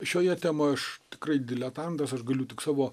šioje temoje aš tikrai diletantas aš galiu tik savo